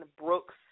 Brooks